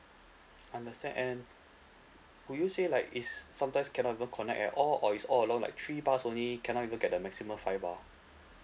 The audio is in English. understand and would you say like is sometimes cannot even connect at all or it's all along like three bars only cannot even get the maximum five bars